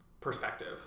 perspective